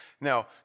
Now